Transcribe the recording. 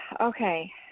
Okay